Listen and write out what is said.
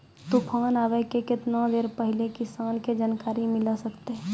तूफान आबय के केतना देर पहिले किसान के जानकारी मिले सकते?